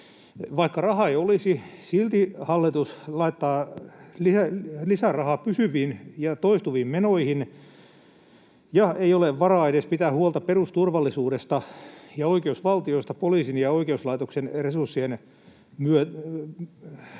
Vaikka rahaa ei olisi, silti hallitus laittaa lisärahaa pysyviin ja toistuviin menoihin, ja ei ole varaa edes pitää huolta perusturvallisuudesta ja oikeusvaltiosta poliisin ja oikeuslaitoksen resurssien